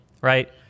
right